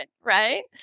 right